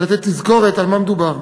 לתת תזכורת על מה מדובר.